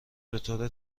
بطور